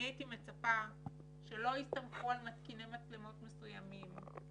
אני הייתי מצפה שלא יסתמכו על מתקיני מצלמות מסוימים,